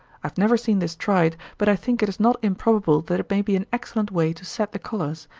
i have never seen this tried, but i think it not improbable that it may be an excellent way to set the colors,